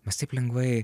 mes taip lengvai